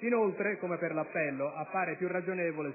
Inoltre, come per l'appello, secondo noi appare più ragionevole